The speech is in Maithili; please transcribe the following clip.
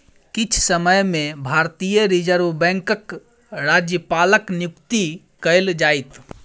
किछ समय में भारतीय रिज़र्व बैंकक राज्यपालक नियुक्ति कएल जाइत